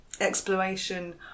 exploration